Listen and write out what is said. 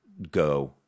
Go